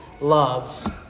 loves